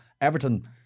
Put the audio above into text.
Everton